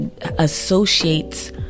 associates